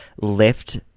lift –